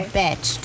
bitch